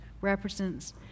represents